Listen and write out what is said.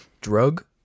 Drug